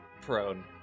prone